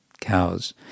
cows